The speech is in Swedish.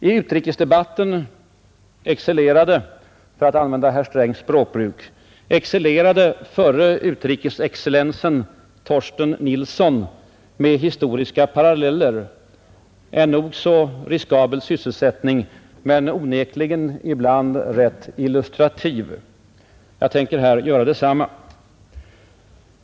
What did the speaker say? I utrikesdebatten excellerade — för att använda herr Strängs språkbruk — förre utrikesexcellensen Torsten Nilsson med historiska paralleller, en nog så riskabel sysselsättning men onekligen ibland rätt illustrativ. Jag tänker här göra detsamma.